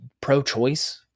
pro-choice